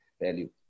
Value